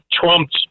Trump's